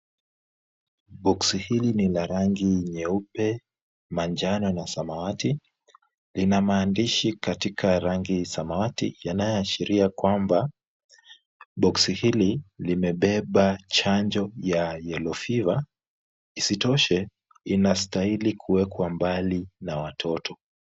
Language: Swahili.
Boksi hili ni la rangi nyeupe, manjano na samawati, lina maandishi katika rangi samawati yanayoashiria kwamba boksi hili limebeba chanjo ya yellow fever isitoshe inastahili kuwekwa mbali na watoto.